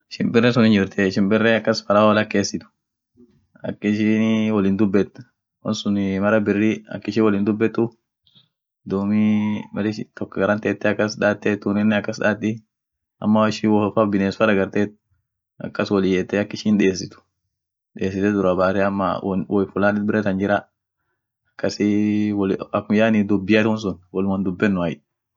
shimpire sun hinjirtiey shimpire akas